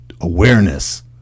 awareness